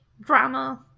drama